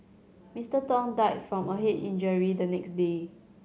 Mister Tong died from a head injury the next day